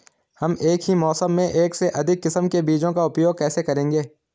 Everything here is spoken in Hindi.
हम एक ही मौसम में एक से अधिक किस्म के बीजों का उपयोग कैसे करेंगे?